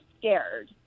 scared